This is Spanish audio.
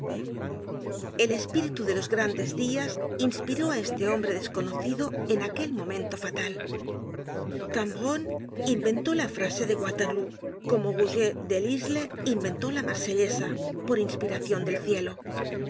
el espíritu de los grandes dias inspiró á este hombre desconocido en aquel momento fatal cambronne inventó la frase de waterlóo como rouget de l'lsle inventó la marsellesa por inspiracion del cielo